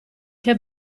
che